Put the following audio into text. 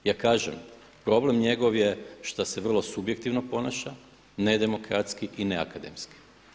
Ja kažem problem njegov je što se vrlo subjektivno ponaša, nedemokratski i neakademski.